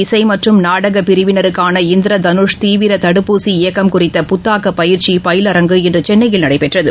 இசை மற்றும் நாடக பிரிவினருக்கான இந்திரதனுஷ் தீவிர தடுப்பூசி இயக்கம் குறித்த புத்தாக்கப் பயிற்சி பயிலரங்கு இன்று சென்னையில் நடைபெற்றது